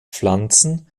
pflanzen